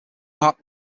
mark